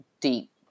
deep